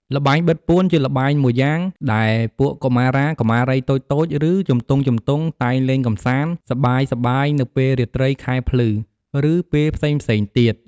ល្បែងបិទពួន ជាល្បែងមួយយ៉ាងដែលពួកកុមារា កុមារីតូចៗ ឬ ជំទង់ៗតែងលេងកំសាន្ត សប្បាយៗនៅពេលរាត្រីខែភ្លឺ ឬ ពេលផ្សេងៗទៀត។